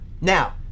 Now